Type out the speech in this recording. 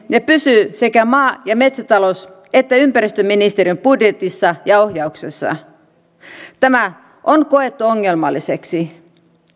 ja pysyy sekä maa ja metsätalous että ympäristöministeriön budjetissa ja ohjauksessa tämä on koettu ongelmalliseksi